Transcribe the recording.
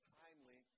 timely